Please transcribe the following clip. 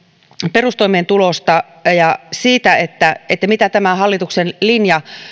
perustoimeentulosta ja ja siitä mitä tämän hallituksen linja